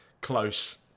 close